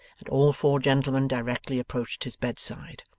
and all four gentlemen directly approached his bedside.